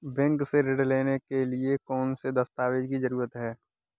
Bank से ऋण लेने के लिए कौन से दस्तावेज की जरूरत है?